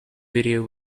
video